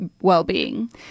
well-being